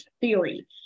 theory